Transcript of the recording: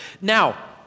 Now